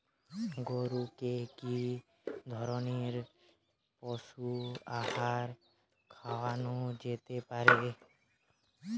গরু কে কি ধরনের পশু আহার খাওয়ানো যেতে পারে?